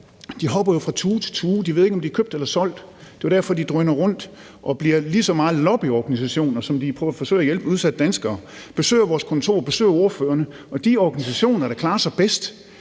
hopper jo fra tue til tue. De ved ikke, om de er købt eller solgt. Det er jo derfor, de drøner rundt og bliver lige så meget lobbyorganisationer, som de forsøger at hjælpe udsatte danskere. De besøger vores kontorer og besøger ordførerne, og de organisationer, der klarer sig bedst,